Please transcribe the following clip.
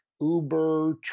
Uber